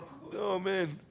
oh man